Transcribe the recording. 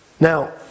Now